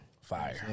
Fire